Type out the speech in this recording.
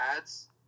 ads